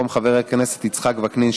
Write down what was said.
במקום חבר הכנסת יצחק וקנין,